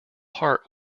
heart